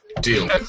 Deal